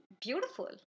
beautiful